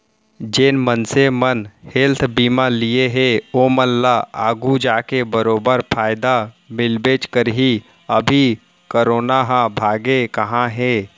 जेन मनसे मन हेल्थ बीमा लिये हें ओमन ल आघु जाके बरोबर फायदा मिलबेच करही, अभी करोना ह भागे कहॉं हे?